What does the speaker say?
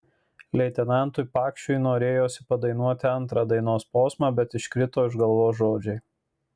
leitenantui pakšiui norėjosi padainuoti antrą dainos posmą bet iškrito iš galvos žodžiai